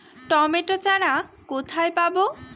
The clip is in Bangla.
টমেটো চারা কোথায় পাবো?